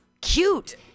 cute